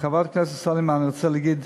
לחברת הכנסת סלימאן אני רוצה להגיד,